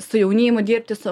su jaunimu dirbti su